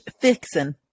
Fixing